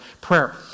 Prayer